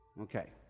Okay